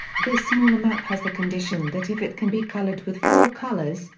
this smaller map has the condition that if it can be colored with four colors,